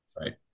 Right